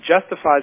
justifies